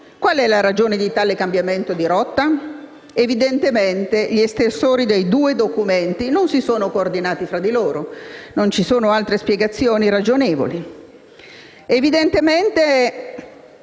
Qual è la ragione di un tale cambiamento di rotta? Evidentemente gli estensori dei due documenti non si sono coordinati tra loro; non ci sono altre spiegazioni ragionevoli.